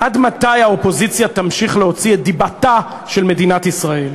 עד מתי תמשיך האופוזיציה להוציא את דיבתה של מדינת ישראל?